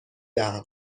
دهم